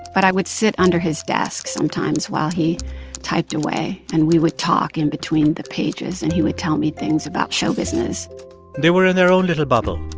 but i would sit under his desk sometimes while he typed away. and we would talk in between the pages, and he would tell me things about show business they were in their own little bubble,